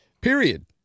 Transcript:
period